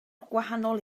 gwahanol